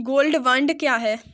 Gold bond क्या है?